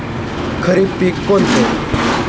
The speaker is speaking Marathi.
खरीप पिके कोणती?